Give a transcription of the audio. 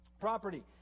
property